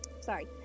sorry